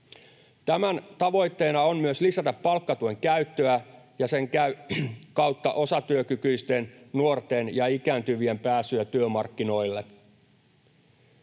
Tämän tavoitteena on myös lisätä palkkatuen käyttöä ja sen kautta osatyökykyisten nuorten ja ikääntyvien pääsyä työmarkkinoille.